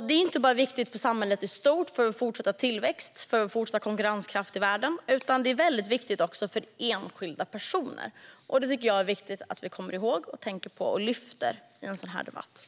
Det är inte bara viktigt för samhället i stort, för vår fortsatta tillväxt och för vår fortsatta konkurrenskraft i världen, utan det är väldigt viktigt även för enskilda personer. Det tycker jag är viktigt att vi kommer ihåg, tänker på och lyfter fram i en sådan här debatt.